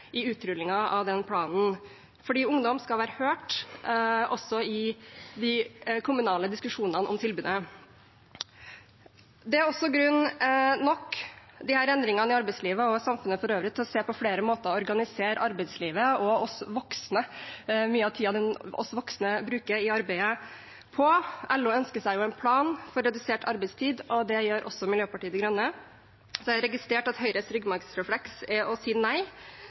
i utrullingen av den planen. For ungdom skal være hørt også i de kommunale diskusjonene om tilbudet. Det er også grunn nok med disse endringene i arbeidslivet og samfunnet for øvrig til å se på flere måter å organisere arbeidslivet på og mye av tiden vi voksne bruker i arbeidet. LO ønsker seg jo en plan for redusert arbeidstid. Det gjør også Miljøpartiet De Grønne. Så har jeg registrert at Høyres ryggmargsrefleks er å si nei,